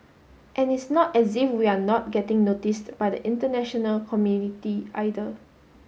and it's not as if we're not getting noticed by the international community either